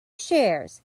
shares